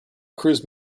cruise